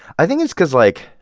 i think it's because, like,